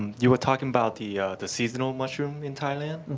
you were talking about the the seasonal mushroom in thailand.